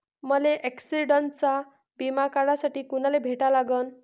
मले ॲक्सिडंटचा बिमा काढासाठी कुनाले भेटा लागन?